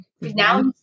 now